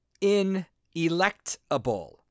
Inelectable